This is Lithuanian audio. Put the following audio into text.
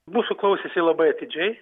mūsų klausėsi labai atidžiai